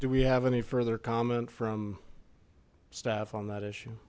do we have any further comment from staff on that issue